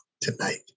tonight